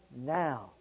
now